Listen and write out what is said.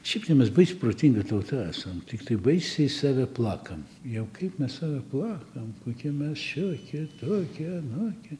šiaip tai mes baisiai protinga tauta esam tiktai baisiai save plakam jau kaip mes save plakam kokie mes šiokie tokie anokie